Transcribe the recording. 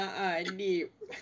a'ah deep